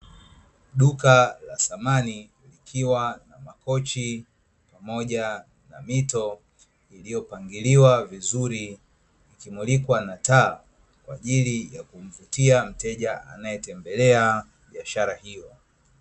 Duka la samani likiwa na makochi pamoja na mito iliyopangiliwa vizuri vikimulikwa na taa, kwaajili ya kumvutia mteja anayetembelea biashara hiyo.